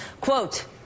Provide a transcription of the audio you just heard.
quote